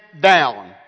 down